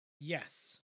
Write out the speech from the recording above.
Yes